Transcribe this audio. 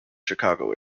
chicago